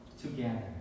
together